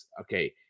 okay